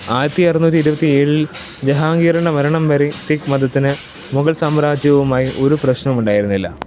ആയിരത്തി അറുനൂറ്റി ഇരുപത്തി ഏഴിൽ ജഹാംഗീറിൻ്റെ മരണം വരെ സിഖ് മതത്തിന് മുഗൾ സാമ്രാജ്യവുമായി ഒരു പ്രശ്നവുമുണ്ടായിരുന്നില്ല